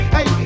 Hey